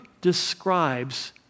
describes